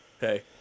hey